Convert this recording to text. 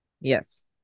Yes